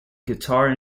guitar